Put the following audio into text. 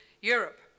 Europe